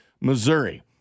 Missouri